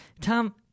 Tom